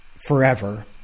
forever